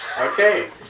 Okay